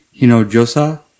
Hinojosa